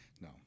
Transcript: no